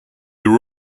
you